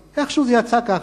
איכשהו, זה יצא ככה.